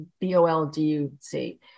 B-O-L-D-U-C